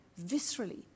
viscerally